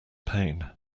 pain